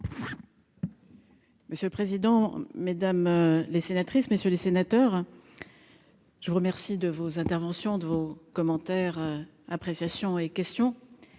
Monsieur le président, Mesdames les sénatrices, messieurs les sénateurs, je vous remercie de vos interventions de vos commentaires appréciation est question,